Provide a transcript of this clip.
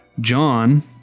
John